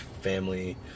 family